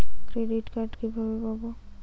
Credit card কিভাবে পাব?